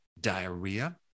diarrhea